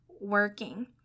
working